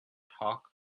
talk